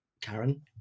Karen